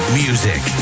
music